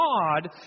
God